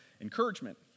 encouragement